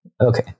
okay